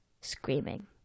screaming